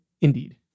Indeed